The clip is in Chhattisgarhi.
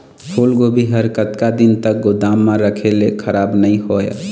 फूलगोभी हर कतका दिन तक गोदाम म रखे ले खराब नई होय?